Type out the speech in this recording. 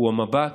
הוא המבט,